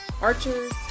archers